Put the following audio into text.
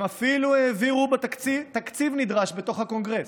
הם אפילו העבירו תקציב נדרש בתוך הקונגרס.